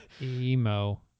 Emo